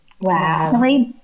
wow